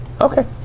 Okay